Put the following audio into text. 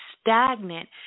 stagnant